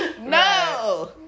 No